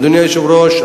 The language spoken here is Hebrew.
אדוני היושב-ראש,